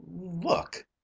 Look